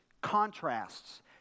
contrasts